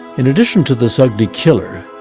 in addition to this ugly killer,